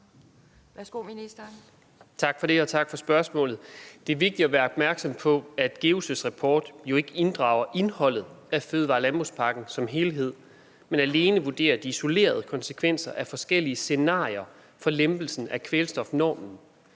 Tak for det, og tak for spørgsmålet. Det er vigtigt at være opmærksom på, at GEUS' rapport jo ikke inddrager indholdet af fødevare- og landbrugspakken som helhed, men alene vurderer de isolerede konsekvenser af forskellige scenarier for lempelsen af kvælstofnormen.